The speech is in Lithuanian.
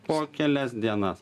po kelias dienas